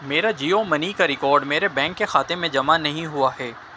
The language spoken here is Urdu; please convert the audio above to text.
میرا جیو منی کا ریکارڈ میرے بینک کے کھاتے میں جمع نہیں ہوا ہے